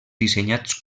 dissenyats